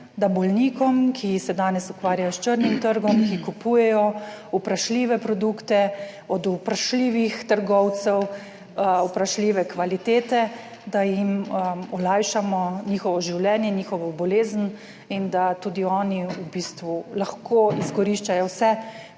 da bolnikom, ki se danes ukvarjajo s črnim trgom, ki kupujejo vprašljive produkte od vprašljivih trgovcev, vprašljive kvalitete, da jim olajšamo njihovo življenje, njihovo bolezen in da tudi oni v bistvu lahko izkoriščajo vse